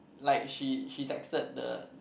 like she she texted the